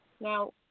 Now